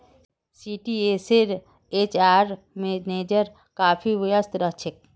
टीसीएसेर HR manager काफी व्यस्त रह छेक